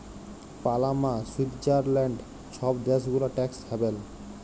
Panama, Switzerland ছব দ্যাশ গুলা ট্যাক্স হ্যাভেল